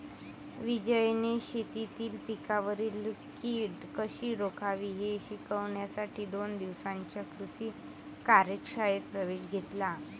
विजयने शेतीतील पिकांवरील कीड कशी ओळखावी हे शिकण्यासाठी दोन दिवसांच्या कृषी कार्यशाळेत प्रवेश घेतला